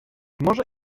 może